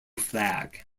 flag